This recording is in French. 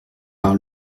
par